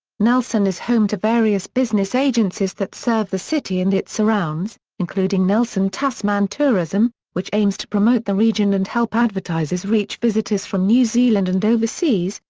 nelson is home to various business agencies that serve the city and its surrounds, including nelson tasman tourism, which aims to promote the region and help advertisers reach visitors from new zealand and overseas,